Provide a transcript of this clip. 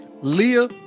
Leah